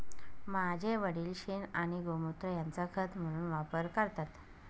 माझे वडील शेण आणि गोमुत्र यांचा खत म्हणून वापर करतात